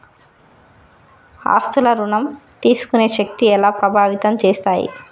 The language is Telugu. ఆస్తుల ఋణం తీసుకునే శక్తి ఎలా ప్రభావితం చేస్తాయి?